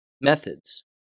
methods